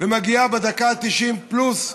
ומגיעה בדקה התשעים פלוס,